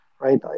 right